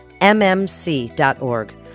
mmc.org